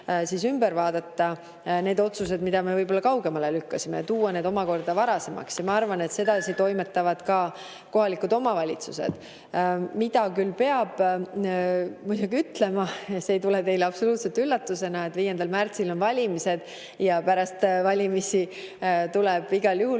ümber vaadata need otsused, mida me kaugemale lükkasime, ja tuua need omakorda varasemaks. Ma arvan, et sedasi toimetavad ka kohalikud omavalitsused. Mida küll peab muidugi ütlema, on see – see ei tule teile absoluutselt üllatusena –, et 5. märtsil on valimised ja pärast valimisi tuleb igal juhul